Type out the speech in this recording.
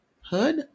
Hood